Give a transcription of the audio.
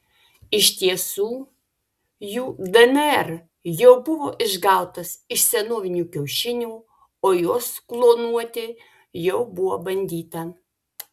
iš tiesų jų dnr jau buvo išgautas iš senovinių kiaušinių o juos klonuoti jau buvo bandyta